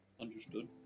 Understood